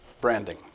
branding